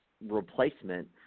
replacement